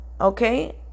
Okay